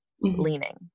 leaning